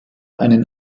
einen